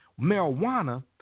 marijuana